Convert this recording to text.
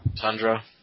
Tundra